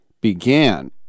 began